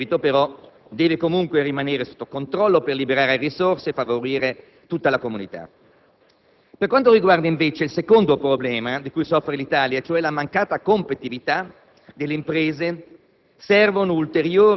Il problema del debito, però, deve rimanere sotto controllo per liberare risorse e favorire tutta la comunità. Per quanto riguarda invece il secondo problema di cui soffre l'Italia, cioè la mancata competitività delle imprese,